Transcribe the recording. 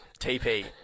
TP